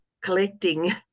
collecting